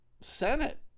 senate